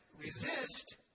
resist